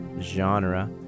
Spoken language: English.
genre